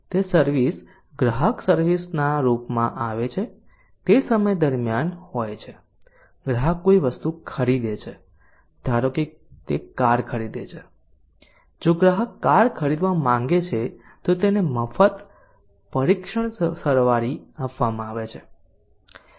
તે સર્વિસ ગ્રાહક સર્વિસ ના રૂપમાં આવે છે જે તે સમય દરમ્યાન હોય છે ગ્રાહક કોઈ વસ્તુ ખરીદે છે ધારો કે કાર ખરીદે છે જો ગ્રાહક કાર ખરીદવા માંગે છે તો તેને મફત પરીક્ષણ સવારી આપવામાં આવે છે